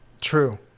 True